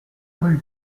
rue